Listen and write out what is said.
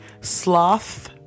sloth